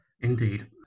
Indeed